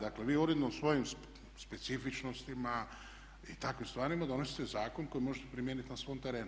Dakle, vi uredno svojim specifičnostima i takvim stvarima donosite zakon koji možete primijeniti na svom terenu.